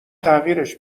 تغییرش